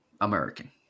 American